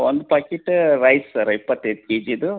ಒಂದು packet rice sir ಇಪ್ಪತೈದು ಕೆ ಜಿದು